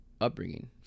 upbringing